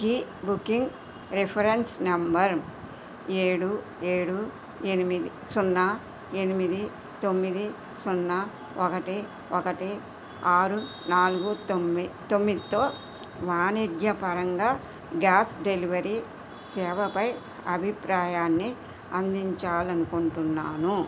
key booking reference number ఏడు ఏడు ఎనిమిది సున్నా ఎనిమిది తొమ్మిది సున్నా ఒకటి ఒకటి ఆరు నాలుగు తొమ్మి తొమ్మిదితో వాణిజ్యపరంగా గ్యాస్ డెలివరీ సేవపై అభిప్రాయాన్ని అందించాలనుకుంటున్నాను